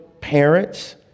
parents